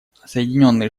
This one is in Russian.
соединенные